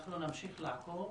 אנחנו נמשיך לעקוב.